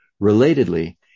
Relatedly